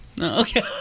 Okay